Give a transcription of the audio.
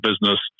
business